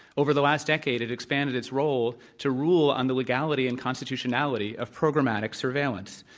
over the last decade, it expanded its role to rule on the legality and constitutionality of programmatic surveillance.